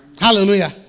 Hallelujah